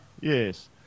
yes